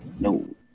No